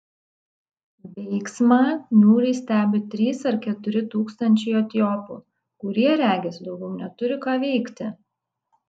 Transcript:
veiksmą niūriai stebi trys ar keturi tūkstančiai etiopų kurie regis daugiau neturi ką veikti